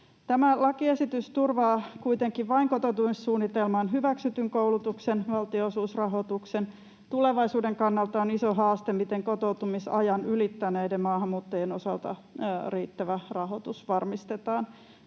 Tämä lakiesitys turvaa kuitenkin vain kotoutumissuunnitelmaan hyväksytyn koulutuksen valtionosuusrahoituksen. Tulevaisuuden kannalta on iso haaste, miten kotoutumisajan ylittäneiden maahanmuuttajien osalta riittävä rahoitus varmistetaan.